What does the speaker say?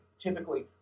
typically